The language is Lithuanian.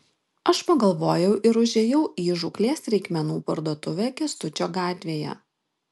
aš pagalvojau ir užėjau į žūklės reikmenų parduotuvę kęstučio gatvėje